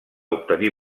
obtenir